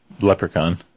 Leprechaun